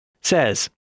says